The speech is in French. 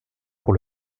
pour